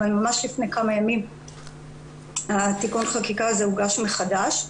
אבל ממש לפני כמה ימים תיקון החקיקה הזה הוגש מחדש,